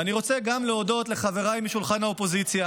אני רוצה גם להודות לחבריי משולחן האופוזיציה,